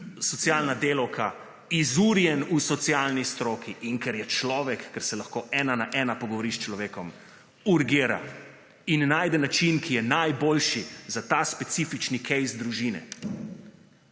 socialna delavka izurjen v socialni stroki in ker je človek, ker se lahko ena na ena pogovoriš s človekom, urgira in najde način, ki je najboljši za ta specifični »case« družine.